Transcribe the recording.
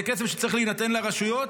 זה כסף שצריך להינתן לרשויות.